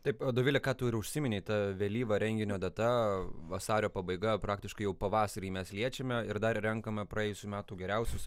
taip o dovile ką tu ir užsiminei ta vėlyva renginio data vasario pabaiga praktiškai jau pavasarį mes liečiame ir dar renkame praėjusių metų geriausius